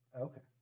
Okay